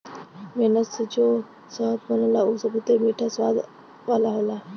मेहनत से जौन शहद बनला उ बहुते मीठा आउर स्वाद वाला होला